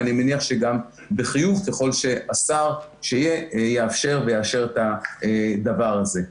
ואני מניח שגם בחיוב ככל שהשר שיהיה יאפשר ויאשר את הדבר הזה.